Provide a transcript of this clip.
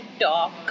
talk